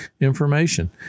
information